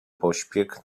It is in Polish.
pośpiech